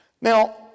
Now